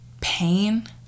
pain